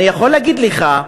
אני יכול להגיד לך,